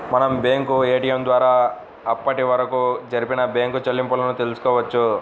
మనం bank ATM ద్వారా అప్పటివరకు జరిపిన బ్యేంకు చెల్లింపులను తెల్సుకోవచ్చు